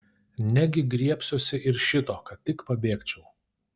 negi griebsiuosi ir šito kad tik pabėgčiau